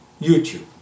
YouTube